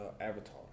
Avatar